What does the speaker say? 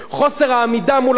לכן השמאל תמיד מפסיד.